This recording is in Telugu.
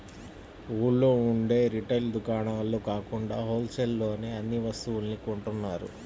ఊళ్ళో ఉండే రిటైల్ దుకాణాల్లో కాకుండా హోల్ సేల్ లోనే అన్ని వస్తువుల్ని కొంటున్నారు